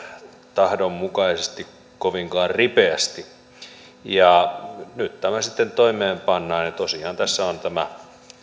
tahdon mukaisesti kovinkaan ripeästi nyt tämä sitten toimeenpannaan ja tosiaan tässä on tämä